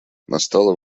настало